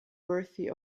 worthy